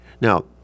Now